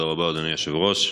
תודה רבה, אדוני היושב-ראש.